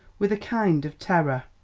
with a kind of terror.